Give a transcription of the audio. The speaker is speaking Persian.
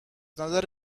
نظر